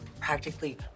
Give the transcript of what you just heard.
practically